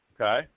Okay